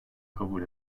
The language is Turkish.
kabul